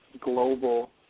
global